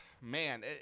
man